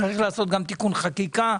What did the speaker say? צריך לעשות גם תיקון חקיקה.